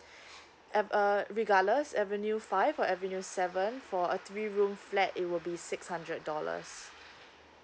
and uh regardless avenue five or avenue seven for a three room flat it will be six hundred dollars